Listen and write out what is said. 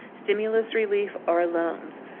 stimulus relief or loans.